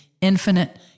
infinite